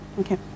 Okay